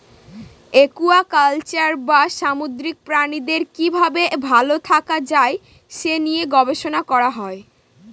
aquaculture বা সামুদ্রিক প্রাণীদের কি ভাবে ভালো থাকা যায় সে নিয়ে গবেষণা করা হয়